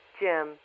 Jim